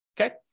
okay